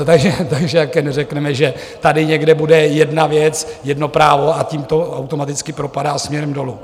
Takže jen řekneme, že tady někde bude jedna věc, jedno právo a tím to automaticky propadá směrem dolů.